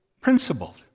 principled